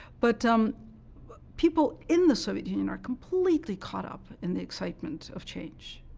but um but people in the soviet union are completely caught up in the excitement of change,